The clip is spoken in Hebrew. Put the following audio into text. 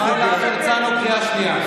שלא, יוראי להב הרצנו, קריאה שנייה.